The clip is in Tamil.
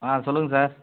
ஆ சொல்லுங்கள் சார்